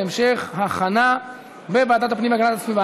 להמשך הכנה בוועדת הפנים והגנת הסביבה.